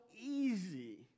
easy